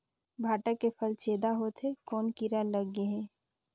भांटा के फल छेदा होत हे कौन कीरा लगे हे?